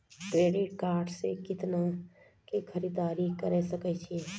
Credit card से कितना के खरीददारी करे सकय छियै?